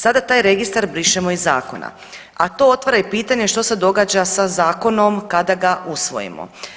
Sada taj registar brišemo iz zakona, a to otvara i pitanje što se događa sa zakonom kada ga usvojimo.